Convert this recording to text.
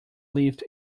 lived